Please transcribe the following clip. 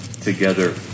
together